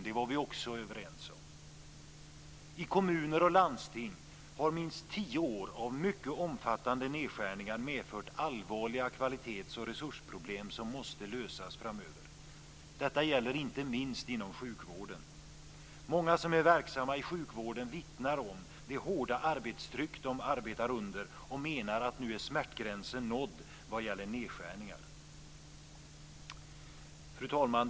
Det var vi också överens om. I kommuner och landsting har minst tio år av mycket omfattande nedskärningar medfört allvarliga kvalitets och resursproblem som måste lösas framöver. Detta gäller inte minst inom sjukvården. Många som är verksamma i sjukvården vittnar om det hårda arbetstryck de arbetar under och menar att smärtgränsen nu är nådd vad gäller nedskärningar. Fru talman!